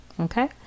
Okay